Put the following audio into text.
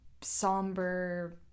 somber